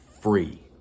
free